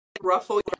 ruffle